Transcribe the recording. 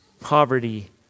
poverty